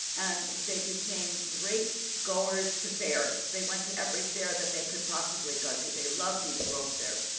and they became great goers to fairs. they went to every fair that they could possibly go to. they loved these world fairs.